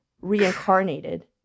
reincarnated